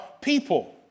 people